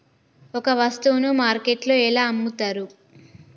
ఒక వస్తువును మార్కెట్లో ఎలా అమ్ముతరు?